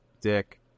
dick